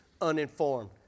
uninformed